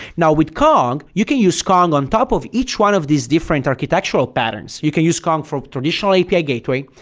now with kong, you can use kong on top of each one of these different architectural patterns. you can use kong for traditional api gateways.